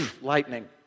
lightning